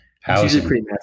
housing